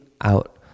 out